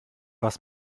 was